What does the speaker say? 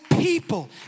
People